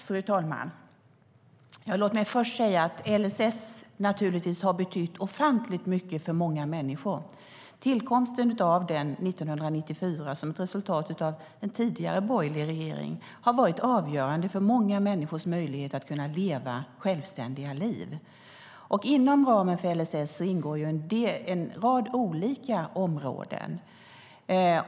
Fru talman! Låt mig först säga att LSS naturligtvis har betytt ofantligt mycket för många människor. Tillkomsten av den 1994 var ett resultat av vad en tidigare borgerlig regering gjort, och den har varit avgörande för många människors möjlighet att leva ett självständigt liv. Inom ramen för LSS finns en rad olika områden.